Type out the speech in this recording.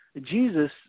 Jesus